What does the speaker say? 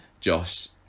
Josh